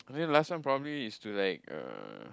I mean last time probably is to like uh